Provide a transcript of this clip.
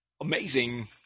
amazing